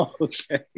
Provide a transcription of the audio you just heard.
Okay